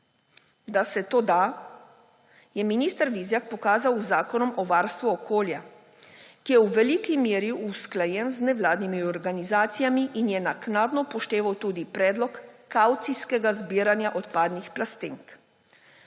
Da se to da, je minister Vizjak pokazal z Zakonom o varstvu okolja, ki je v veliki meri usklajen z nevladnimi organizacijami in je naknadno upošteval tudi predlog kavcijskega zbiranja odpadnih plastenk.